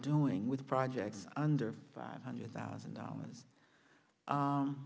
doing with projects under five hundred thousand dollars